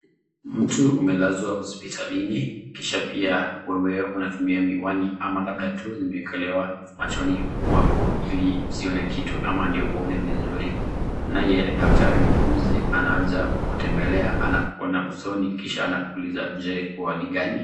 Mtu umelazwa hospitalini kisha pia wewe unatumia miwani ama labda tu zimewekelewa machoni mwako ili usione kitu ama ndio uone vizuri. Naye daktari mwuguzi anaja kukutembelea na kuona usoni kisha anakuuliza: Je, u hali gani?